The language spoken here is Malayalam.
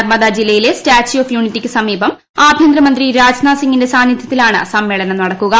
നർമ്മദ ജില്ലയിലെ സ്റ്റാച്യു ഓഫ് യൂണിറ്റിക്ക് സമീപം ആഭ്യന്തരമന്ത്രി രാജ്നാഥ് സിങ്ങിന്റെ സാന്നിദ്ധൃത്തിലാണ് സമ്മേളനം നടക്കുക